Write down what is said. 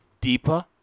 deeper